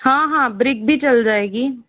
हाँ हाँ ब्रिक भी चल जाएगी